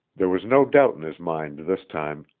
there was no doubt in his mind this time.